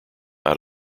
out